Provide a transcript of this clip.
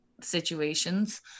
situations